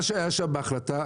מה שהיה שם בהחלטה,